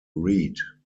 reid